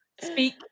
speak